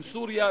עם סוריה,